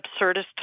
absurdist